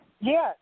Yes